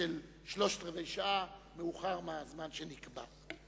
והם יתחילו שלושת-רבעי שעה מאוחר מהזמן שנקבע.